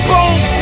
Bones